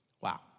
Wow